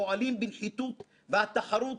פועלים בנחיתות והתחרות